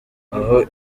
aho